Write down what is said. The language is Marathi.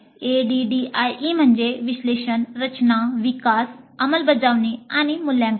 ADDIE म्हणजे विश्लेषण रचना विकास अंमलबजावणी आणि मूल्यांकन